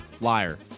Liar